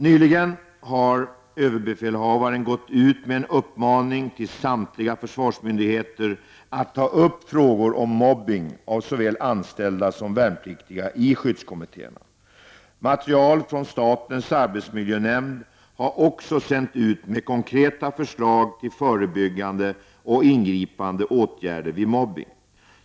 Nyligen har överbefälhavaren gått ut med en uppmaning till samtliga försvarsmyndigheter att ta upp frågor om mobbning av såväl anställda som värnpliktiga i skyddskommittéerna. Material från statens arbetsmiljönämnd har också sänts ut med konkreta förslag till förebyggande och ingripande åtgärder vid mobbning.